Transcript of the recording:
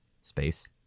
space